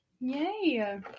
Yay